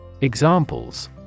Examples